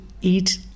eat